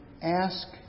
Ask